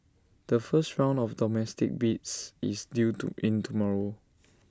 the first round of domestic bids is due to in tomorrow